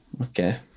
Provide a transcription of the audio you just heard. Okay